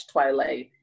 Twilight